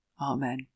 Amen